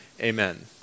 amen